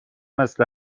مثل